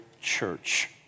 church